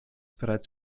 bereits